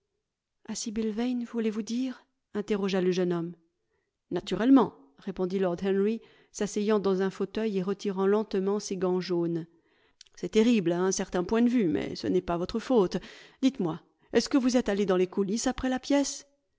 sibyl yane voulez-vous dire interrogea le jeune homme naturellement répondit lord henry s'asseyant dans un fauteuil et retirant lentement ses gants jaunes c'est terrible à un certain point de vue mais ce n'est pas votre faute dites-moi est-ce que vous êtes allé dans les coulisses après la pièce